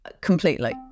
Completely